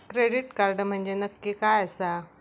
Credit card म्हंजे नक्की काय आसा?